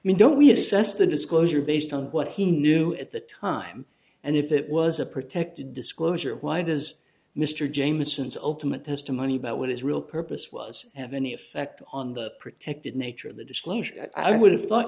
can mean don't we assess the disclosure based on what he knew at the time and if it was a protected disclosure why does mr jamieson zoltan at testimony about what his real purpose was have any effect on the protected nature of the disclosure i would have thought